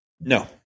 No